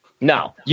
No